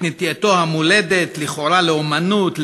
את נטייתו המולדת לכאורה לאמנות,